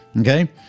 Okay